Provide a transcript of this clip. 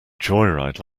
joyride